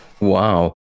Wow